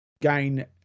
gain